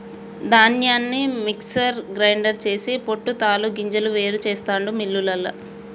ధాన్యాన్ని mixer grinder చేసి పొట్టు తాలు గింజలు వేరు చెస్తాండు మిల్లులల్ల